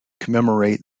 commemorate